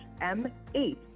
M8